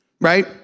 right